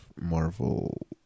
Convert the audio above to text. Marvel